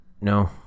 no